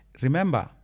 Remember